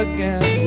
Again